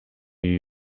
you